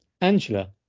angela